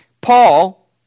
Paul